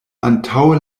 antaŭe